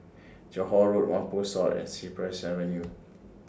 Johore Road Whampoa South and Cypress Avenue